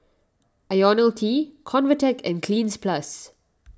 Ionil T Convatec and Cleanz Plus